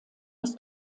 des